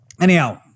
anyhow